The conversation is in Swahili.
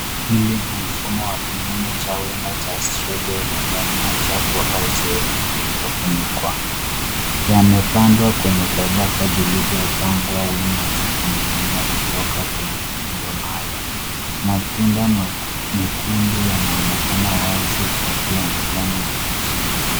Hili ni mfumo wa kilimo cha wima cha strawberry ndani ya chafu au sehemu iliyo funikwa, yamepandwa kwa tabaka zilizo pangwa wima zikininginia kutoka kwenye muundo maalum. Matunda mekundu yanaonekana wazi kati ya majani mabichi.